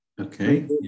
Okay